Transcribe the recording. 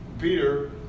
Peter